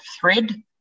thread